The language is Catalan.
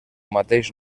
mateix